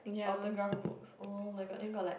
autograph books oh-my-god then got like